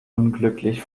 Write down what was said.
unglücklich